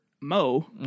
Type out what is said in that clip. Mo